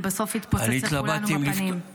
בסוף זה יתפוצץ לכולנו בפנים.